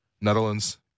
Netherlands